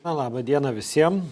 labą dieną visiem